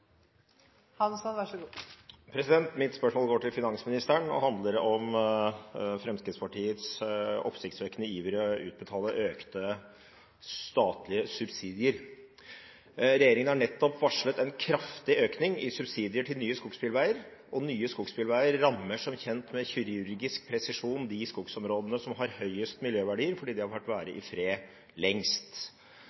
Mitt spørsmål går til finansministeren og handler om Fremskrittspartiets oppsiktsvekkende iver etter å utbetale økte statlige subsidier. Regjeringen har nettopp varslet en kraftig økning i subsidier til nye skogsbilveier. Nye skogsbilveier rammer som kjent med kirurgisk presisjon de skogsområdene som har høyest miljøverdi fordi de har fått være